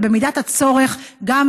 ובמידת הצורך גם